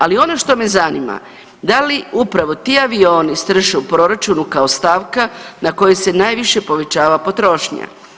Ali ono što me zanima da li upravo ti avioni strše u proračunu kao stavka na kojoj se najviše povećava potrošnja?